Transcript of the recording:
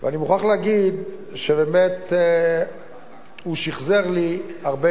ואני מוכרח להגיד שבאמת הוא שחזר לי הרבה